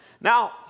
Now